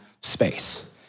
space